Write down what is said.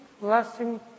blessing